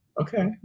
Okay